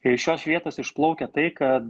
ir iš šios vietos išplaukia tai kad